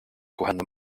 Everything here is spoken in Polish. kuchenne